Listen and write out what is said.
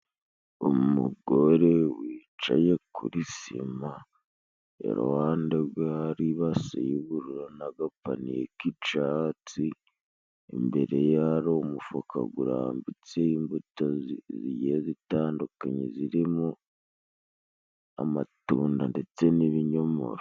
Umugore wicaye kuri sima yaruhande rwe hari ibase y'ubururu n'agapani k'icatsi imbere ye hari umufuka gurambitseho imbuto zigiye zitandukanye ziririmo amatunda ndetse n'ibinyomoro.